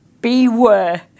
beware